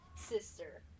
sister